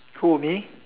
who me